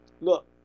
look